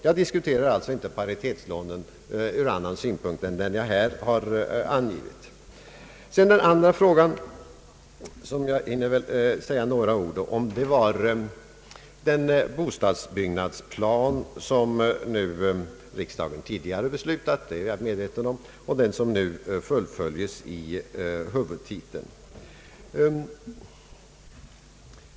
Jag diskuterar alltså inte paritetslånen ur annan synpunkt än den jag här anger. En annan fråga som jag vill säga några ord om är den bostadsbyggnadsplan som riksdagen tidigare antagit — det är jag medveten om — och som nu fullföljs i huvudtiteln.